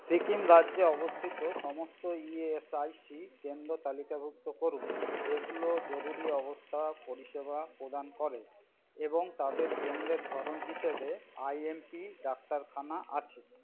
সিকিম রাজ্যে অবস্থিত সমস্ত ই এস আই সি কেন্দ্র তালিকাভুক্ত করুন যেগুলো জরুরি অবস্থা পরিষেবা প্রদান করে এবং তাদের কেন্দ্রের ধরন হিসেবে আই এম পি ডাক্তারখানা আছে